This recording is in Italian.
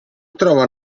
trova